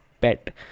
pet